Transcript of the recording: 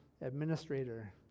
administrator